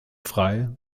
frei